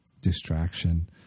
distraction